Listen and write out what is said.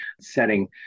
setting